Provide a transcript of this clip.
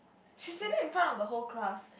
she said it in front of the whole class